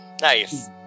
Nice